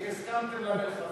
כי הסכמתם למלחמה.